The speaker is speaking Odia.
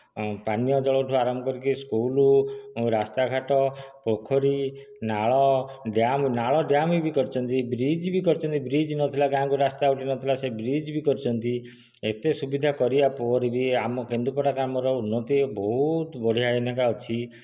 ପାନୀୟ ଜଳଠୁ ଆରମ୍ଭ କରିକି ସ୍କୁଲ୍ ରାସ୍ତାଘାଟ ପୋଖରୀ ନାଳ ଡ୍ୟାମ୍ ନାଳ ଡ୍ୟାମ୍ ବି କରିଛନ୍ତି ବ୍ରିଜ୍ ବି କରିଛନ୍ତି ବ୍ରିଜ୍ ନଥିଲା ଗାଁକୁ ରାସ୍ତା ଗୋଟେ ନଥିଲା ସେ ବ୍ରିଜ୍ ବି କରିଛନ୍ତି ଏତେ ସୁବିଧା କରିବା ପରେ ବି ଆମ କେନ୍ଦୁପଡ଼ା ଗ୍ରାମର ଉନ୍ନତି ବହୁତ ବଢ଼ିଆ ଏଇନେକା ଅଛି